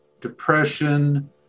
depression